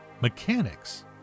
Mechanics